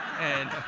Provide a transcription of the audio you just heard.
and